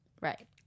Right